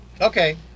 Okay